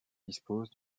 dispose